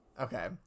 Okay